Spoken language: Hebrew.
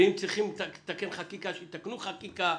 ואם צריכים לתקן חקיקה שיתקנו חקיקה,